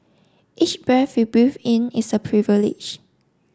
each breath we breathe in is a privilege